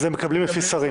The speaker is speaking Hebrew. אז הם מקבלים לפי שרים.